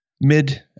mid